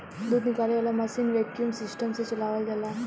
दूध निकाले वाला मशीन वैक्यूम सिस्टम से चलावल जाला